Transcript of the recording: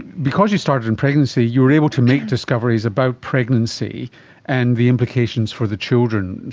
because you started in pregnancy you were able to make discoveries about pregnancy and the implications for the children,